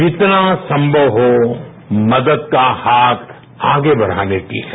जितना संभव हो मदद का हाथ आगे बढ़ाने की है